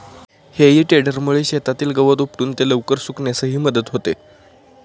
हेई टेडरमुळे शेतातील गवत उपटून ते लवकर सुकण्यासही मदत होते